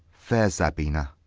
fair zabina!